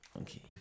Okay